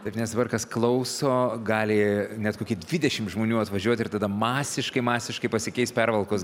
ir nes dabar kas klauso gali net kokie dvidešim žmonių atvažiuot ir tada masiškai masiškai pasikeis pervalkos